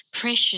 precious